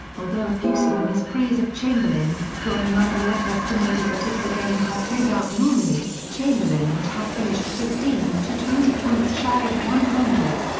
although effusive in his praise of chamberlain, guerin nonetheless estimated that if the game had played out normally, chamberlain would have finished fifteen to twenty points shy of one hundred.